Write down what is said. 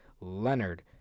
Leonard